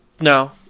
No